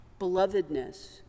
belovedness